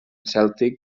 cèltic